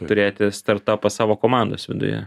turėti startapą savo komandos viduje